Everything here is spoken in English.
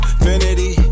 Infinity